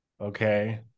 Okay